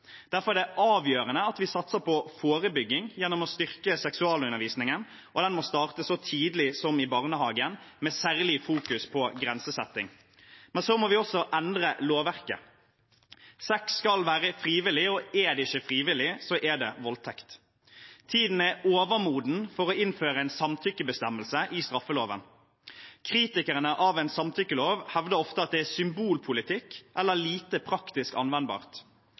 Derfor er det avgjørende at vi satser på forebygging gjennom å styrke seksualundervisningen, og den må starte så tidlig som i barnehagen, med særlig fokus på grensesetting. Så må vi også endre lovverket. Sex skal være frivillig, og er det ikke frivillig, er det voldtekt. Tiden er overmoden for å innføre en samtykkebestemmelse i straffeloven. Kritikerne av en samtykkelov hevder ofte at det er symbolpolitikk eller lite praktisk anvendbart.